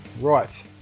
right